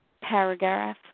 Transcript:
paragraph